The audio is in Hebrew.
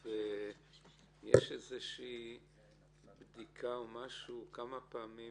יש בדיקה או משהו כמה פעמים